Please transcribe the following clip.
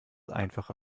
einfache